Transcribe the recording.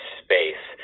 space